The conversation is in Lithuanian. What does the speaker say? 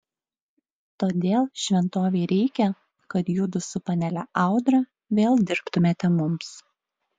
todėl šventovei reikia kad judu su panele audra vėl dirbtumėte mums